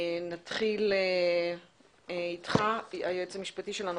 נתחיל עם היועץ המשפטי שלנו,